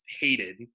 hated